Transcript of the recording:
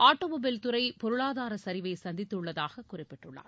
auto mobile துறை பொருளாதார சரிவை சந்தித்துள்ளதாக குறிப்பிட்டுள்ளார்